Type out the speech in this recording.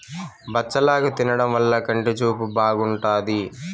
బచ్చలాకు తినడం వల్ల కంటి చూపు బాగుంటాది